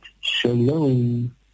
Shalom